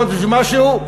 חודש ומשהו,